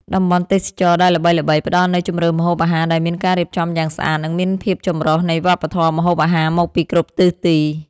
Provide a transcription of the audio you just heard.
តំបន់ទេសចរណ៍ដែលល្បីៗ ផ្ដល់នូវជម្រើសម្ហូបអាហារដែលមានការរៀបចំយ៉ាងស្អាត និងមានភាពចម្រុះនៃវប្បធម៌ម្ហូបអាហារមកពីគ្រប់ទិសទី។